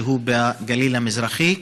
שהוא בגליל המזרחי,